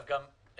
בוא, מיקי,